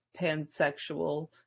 pansexual